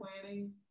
planning